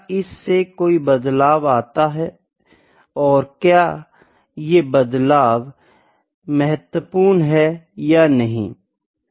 क्या इससे कोई बदलाव आता है और क्या ये बदलाव महत्वपूर्ण है या नहीं